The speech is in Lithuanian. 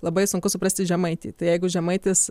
labai sunku suprasti žemaitį tai jeigu žemaitis